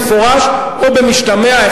במפורש או במשתמע,